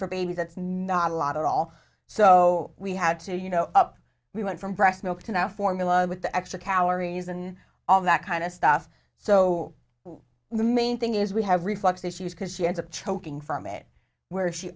for babies that's not a lot at all so we had to you know up we went from breast milk to now formula with the extra calories and all that kind of stuff so the main thing is we have reflux issues because she ends up choking from it where she